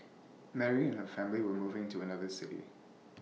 Mary and her family were moving to another city